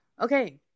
okay